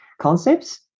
concepts